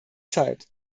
zeit